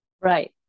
Right